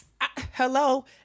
Hello